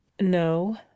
No